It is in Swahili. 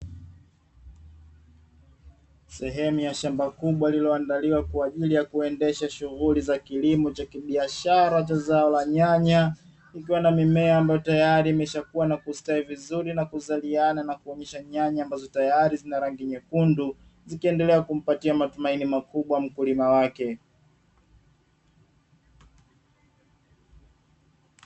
Sehemu ya shamba kubwa lililoandaliwa kwa ajili ya kuendesha shughuli za kilimo za kibiashara cha zao la nyanya ambazo zimekwisha kua na kustawi na kuzaliana, ambazo nyanya tayari zina rangi nyekundu zikiendelea kumpatia matumaini makubwa mkulima wake.